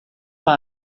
pas